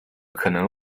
可能